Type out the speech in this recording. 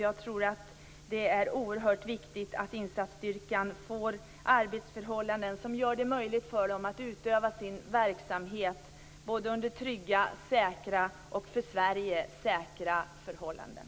Jag tror att det är oerhört viktigt att insatsstyrkan får arbetsförhållanden som gör det möjligt för den att utöva sin verksamhet under trygga, säkra och för Sverige säkra förhållanden.